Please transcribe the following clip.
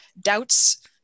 doubts